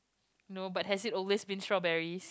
no but has it always been strawberries